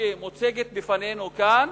שמוצגת בפנינו כאן,